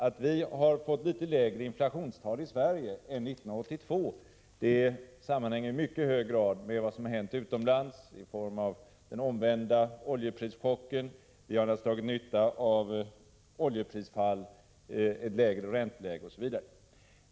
Att vi har fått litet lägre inflation här i Sverige sedan 1982 hänger i mycket hög grad samman med vad som har hänt utomlands i form av den omvända oljeprischocken. Vi har alltså dragit nytta av oljeprisfall, lägre ränteläge, osv.